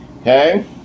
Okay